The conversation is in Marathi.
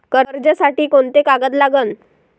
कर्जसाठी कोंते कागद लागन?